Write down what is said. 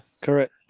correct